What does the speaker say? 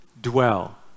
dwell